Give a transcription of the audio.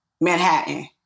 Manhattan